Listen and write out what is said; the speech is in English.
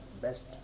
best